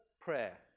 prayer